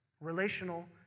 relational